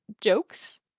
jokes